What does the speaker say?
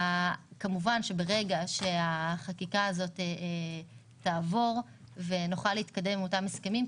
ברגע שהחקיקה הזאת תעבור ונוכל להתקדם עם אותם הסכמים,